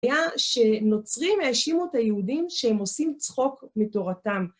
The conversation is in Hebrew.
היה שנוצרים האשימו את היהודים שהם עושים צחוק מתורתם.